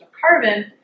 carbon